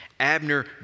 Abner